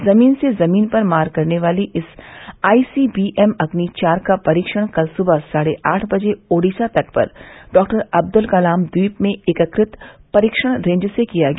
जमीन से जमीन पर मार करने वाली इस आईसीबीएमअग्नि चार का परीक्षण कल सुबह साढ़े आठ बजे ओडीसा तट पर डॉक्टर अब्दुल कलाम द्वीप में एकीकृत परीक्षण रेंज से किया गया